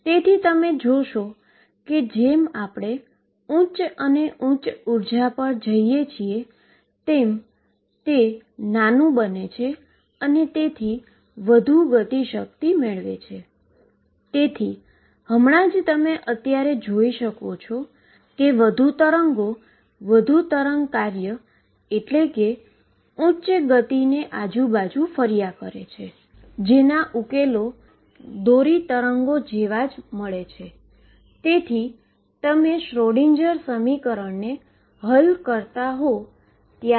પરંતુ જે જવાબ આવે છે તે એકદમ અલગ અભિગમ દ્વારા આવે અને તે યોગ્ય સીમાની શરત સાથે વેવ ના સમીકરણને હલ કરીને આપે છે